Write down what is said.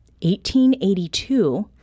1882